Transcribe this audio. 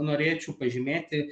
norėčiau pažymėti